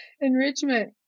enrichment